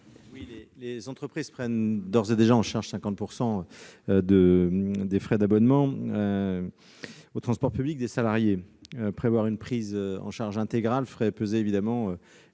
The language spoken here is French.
Les entreprises prennent d'ores et déjà en charge 50 % des frais d'abonnement aux transports publics de leurs salariés. Prévoir une prise en charge intégrale représenterait